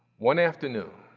one afternoon,